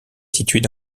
située